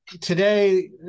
today